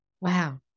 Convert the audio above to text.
Wow